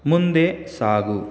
ಮುಂದೆ ಸಾಗು